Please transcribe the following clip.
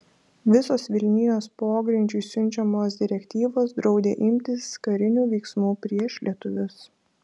visos vilnijos pogrindžiui siunčiamos direktyvos draudė imtis karinių veiksmų prieš lietuvius